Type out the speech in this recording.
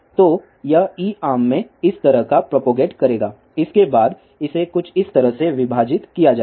तो यह ई आर्म में इस तरह का प्रोपगेट करेगा और इसके बाद इसे कुछ इस तरह से विभाजित किया जाएगा